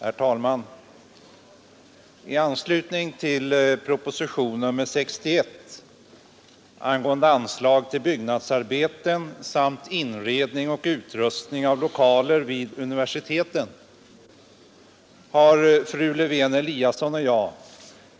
Herr talman! I anslutning till propositionen 61 angående anslag till byggnadsarbeten samt inredning och utrustning av lokaler vid universiteten har fru Lewén-Eliasson och jag